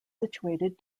situated